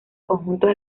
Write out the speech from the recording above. conjuntos